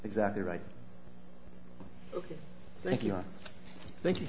exactly right thank you thank you